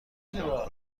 ایران